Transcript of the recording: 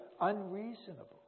unreasonable